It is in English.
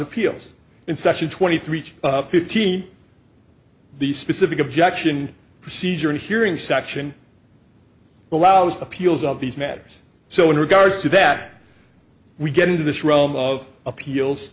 appeals in section twenty three each fifteen the specific objection procedure in hearing section allows appeals of these matters so in regards to that we get into this realm of appeals